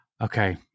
Okay